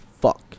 fuck